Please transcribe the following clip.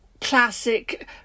classic